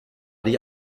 die